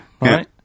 right